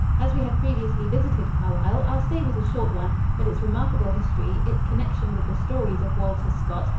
as we had previously visited carlisle, our stay was a short one, but its remarkable history, its connection with the stories of walter scott,